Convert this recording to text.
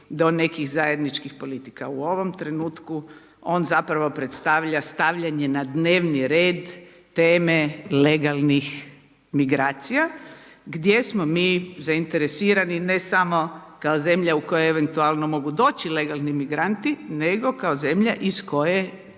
do nekih zajedničkih politika, u ovom trenutku on zapravo predstavlja stavljanje na dnevni red teme legalnih migracija gdje smo mi zainteresirani ne samo kao zemlja u kojoj eventualno mogu doći legalni migranti, nego kao zemlja iz koje